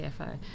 CFO